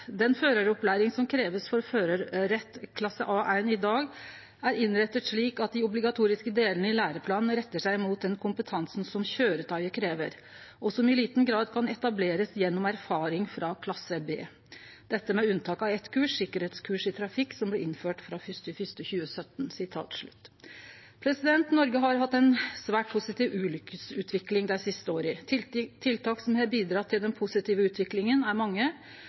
føreropplæring som kreves for førerrett klasse A1 i dag, er innrettet slik at de obligatoriske delene i læreplanen retter seg mot den kompetansen som kjøretøyet krever, og som i liten grad kan etableres gjennom erfaring fra klasse B, dette med unntak av ett kurs, sikkerhetskurs i trafikk, som ble innført fra 1. januar 2018.» Noreg har hatt ei svært positiv ulykkesutvikling dei siste åra. Tiltak som har bidrege til den positive utviklinga er mange